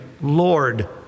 Lord